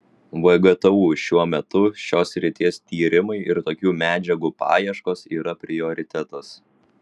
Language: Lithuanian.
vgtu šiuo metu šios srities tyrimai ir tokių medžiagų paieškos yra prioritetas